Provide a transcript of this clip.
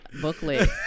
booklet